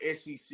SEC